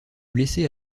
blessé